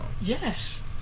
Yes